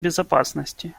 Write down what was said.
безопасности